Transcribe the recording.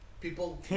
People